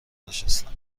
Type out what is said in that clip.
نشستم